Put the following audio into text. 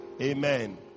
Amen